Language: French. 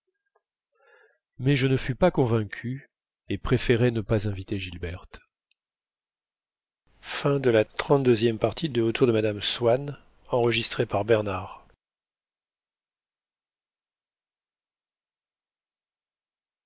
mais je ne fus pas convaincu et préférai ne pas inviter gilberte